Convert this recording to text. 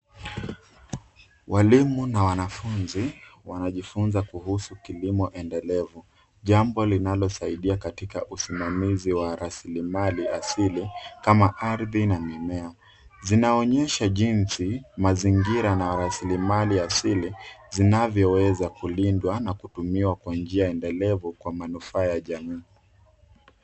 Walimu na wanafunzi wanajifunza kuhusu kilimo endelevu, jambo linalosaidia katika usimamizi wa rasilimali asili kama ardhi na mimea. Zinaonyesha jinsi mazingira na rasilimali asili kama ardhi na mimea zinavyoweza kulindwa na kutumiwa kwa njia endelevu kwa manufaa ya jamii.